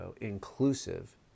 inclusive